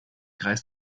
kreis